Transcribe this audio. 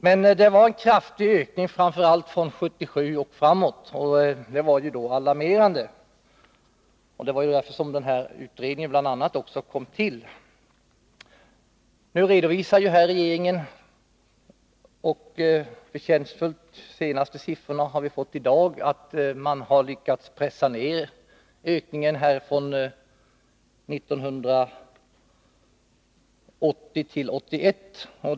Det skedde en kraftig ökning framför allt från 1977 och framåt. Det var alarmerande. Det var därför som bl.a. den här utredningen kom till. Nu redovisar regeringen förtjänstfullt — de senaste siffrorna har vi fått i dag — att man har lyckats pressa ner ökningen från 1980 till 1981.